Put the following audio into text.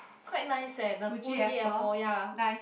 quite nice eh the Fuji apple ya